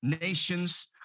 nations